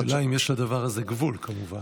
השאלה אם יש לדבר הזה גבול, כמובן.